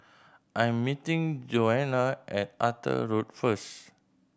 I'm meeting Joana at Arthur Road first